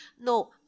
no